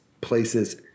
places